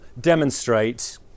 demonstrate